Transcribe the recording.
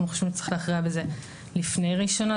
אנחנו חושבים שצריך להכריע בזה לפני ראשונה.